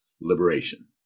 liberation